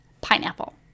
pineapple